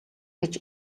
гэж